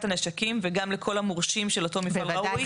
הנשקים וגם לכל המורשים של אותו מפעל ראוי?